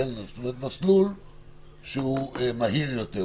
מסלול שהוא מהיר יותר,